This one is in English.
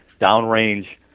downrange